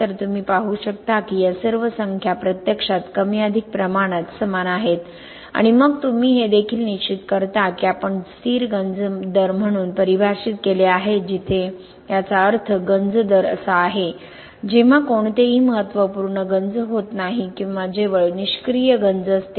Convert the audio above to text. तर तुम्ही पाहू शकता की या सर्व संख्या प्रत्यक्षात कमी अधिक प्रमाणात समान आहेत आणि मग तुम्ही हे देखील निश्चित करता की आपण स्थिर गंज दर म्हणून परिभाषित केले आहे जिथे याचा अर्थ गंज दर असा आहे जेव्हा कोणतेही महत्त्वपूर्ण गंज होत नाही किंवा जेव्हा केवळ निष्क्रिय गंज असते